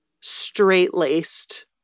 straight-laced